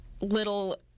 little